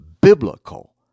Biblical